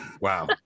Wow